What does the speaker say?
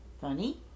Funny